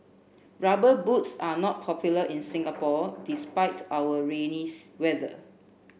rubber boots are not popular in Singapore despite our rainy weather